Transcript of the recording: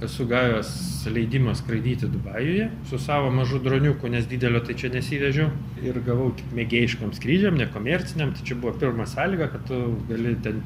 esu gavęs leidimą skraidyti dubajuje su savo mažu droniuku nes didelio tai čia nesivežiau ir gavau tik mėgėjiškiem skrydžiam nekomerciniam tai čia buvo pirma sąlyga kad tu gali ten